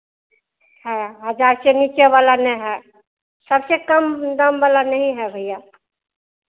हाँ हज़ार से नीचे वाला नहीं है सबसे कम दाम वाला नहीं है भैया